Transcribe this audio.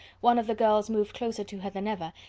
one of the girls moved closer to her than ever,